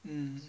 mm